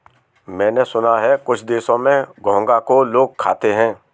मैंने सुना है कुछ देशों में घोंघा को लोग खाते हैं